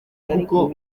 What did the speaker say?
kuko